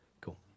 Cool